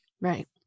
Right